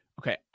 Okay